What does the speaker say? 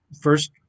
First